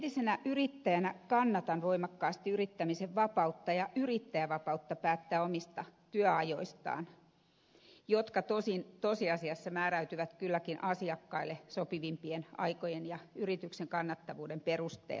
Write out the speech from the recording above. entisenä yrittäjänä kannatan voimakkaasti yrittämisen vapautta ja yrittäjän vapautta päättää omista työajoistaan jotka tosiasiassa määräytyvät kylläkin asiakkaille sopivimpien aikojen ja yrityksen kannattavuuden perusteella